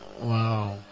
Wow